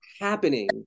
happening